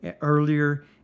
earlier